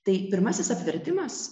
tai pirmasis apvertimas